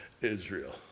Israel